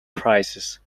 prices